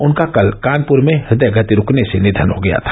उनका कल कानपुर में हृदयगति रूकने से निधन को गया था